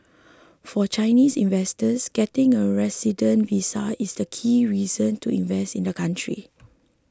for Chinese investors getting a resident visa is the key reason to invest in the country